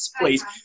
please